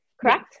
Correct